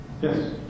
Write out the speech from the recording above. Yes